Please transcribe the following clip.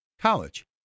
college